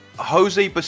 Jose